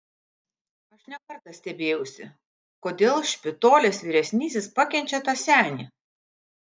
aš ne kartą stebėjausi kodėl špitolės vyresnysis pakenčia tą senį